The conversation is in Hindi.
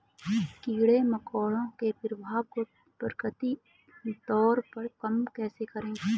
कीड़े मकोड़ों के प्रभाव को प्राकृतिक तौर पर कम कैसे करें?